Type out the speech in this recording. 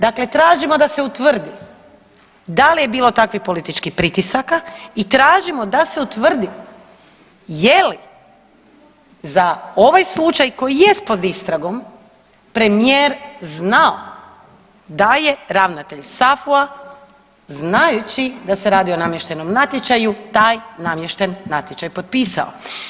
Dakle, tražimo da se utvrdi da li je bilo takvih političkih pritisaka i tražimo da se utvrdi je li za ovaj slučaj koji jest pod istragom premijer znao da je ravnatelj SAFU-a znajući da se radi o namještenom natječaju taj namješten natječaj potpisao.